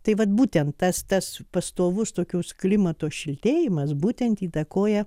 tai vat būtent tas tas pastovus tokios klimato šiltėjimas būtent įtakoja